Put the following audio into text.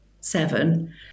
seven